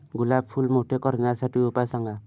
गुलाब फूल मोठे करण्यासाठी उपाय सांगा?